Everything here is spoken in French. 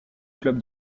club